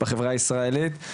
בחברה הישראלית.